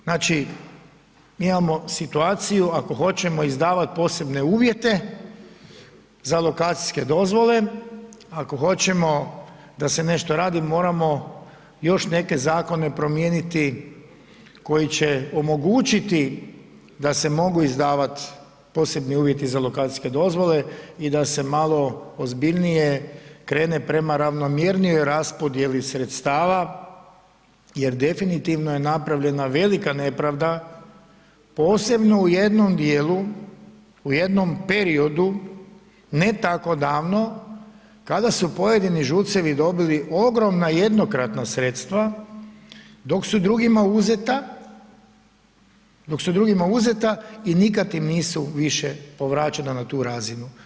Znači mi imamo situaciju ako hoćemo izdavat posebne uvjete za lokacijske dozvole, ako hoćemo da se nešto radi, moramo još neke zakone promijeniti koji će omogućiti da se mogu izdavati posebni uvjeti za lokacijske dozvole i da se malo ozbiljnije krene prema ravnomjernijoj raspodjeli sredstava jer definitivno napravljena velika nepravda posebno u jednom djelu, u jednom periodu ne tako davno kada su pojedini ŽUC-evi dobili ogromna jednokratna sredstva dok su drugima uzeta i nikad im nisu više povraćena na tu razinu.